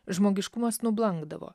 žmogiškumas nublankdavo